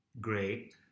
great